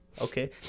Okay